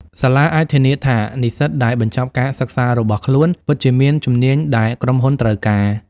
សាលាអាចធានាថានិស្សិតដែលបញ្ចប់ការសិក្សារបស់ខ្លួនពិតជាមានជំនាញដែលក្រុមហ៊ុនត្រូវការ។